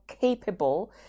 capable